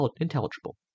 intelligible